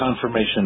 confirmation